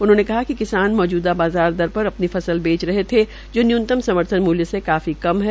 उन्होंने कहा कि मौजूदा बाज़ार दर पर अपनी फसल बेच रहे है जो न्यूनतम समर्थन मूल्य से काफी कम है